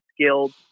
skilled